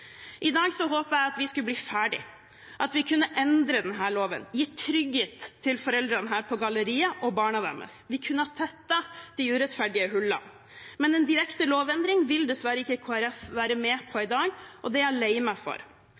I dag håpet jeg at vi skulle bli ferdige, at vi kunne endre denne loven, gi trygghet til foreldrene her på galleriet og barna deres. Vi kunne ha tettet de urettferdige hullene. Men en direkte lovendring vil dessverre ikke Kristelig Folkeparti være med på i dag, og det er jeg lei meg for.